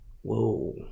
Whoa